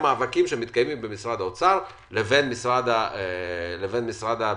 שמתקיימים בין משרד האוצר לבין משרד הביטחון,